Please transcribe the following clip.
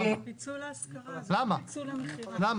אין